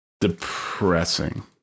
depressing